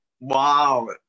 Wow